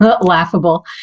laughable